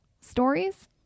stories